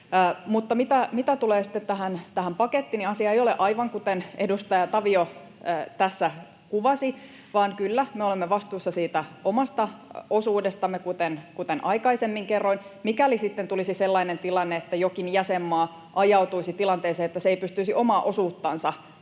Mutta mitä tulee sitten tähän pakettiin, niin asia ei ole aivan kuten edustaja Tavio tässä kuvasi, vaan kyllä, me olemme vastuussa siitä omasta osuudestamme, kuten aikaisemmin kerroin. Mikäli sitten tulisi sellainen tilanne, että jokin jäsenmaa ajautuisi tilanteeseen, että se ei pystyisi omaa osuuttansa hoitamaan,